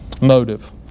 motive